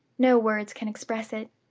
no words can express it.